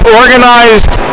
organized